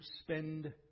spend